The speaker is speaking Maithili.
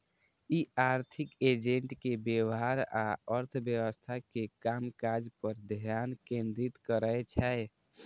ई आर्थिक एजेंट के व्यवहार आ अर्थव्यवस्था के कामकाज पर ध्यान केंद्रित करै छै